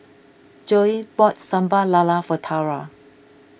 Joye bought Sambal Lala for Tara